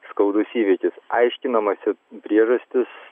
skaudus įvykis aiškinamasi priežastis